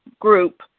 group